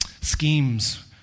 Schemes